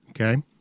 Okay